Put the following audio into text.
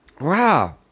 Wow